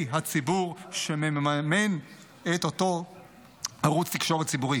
הציבור שמממן את אותו ערוץ תקשורת ציבורי?